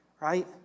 right